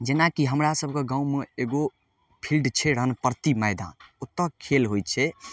जेनाकि हमरा सबके गाँवमे एगो फील्ड छै रामपट्टि मैदान ओतऽ खेल होइ छै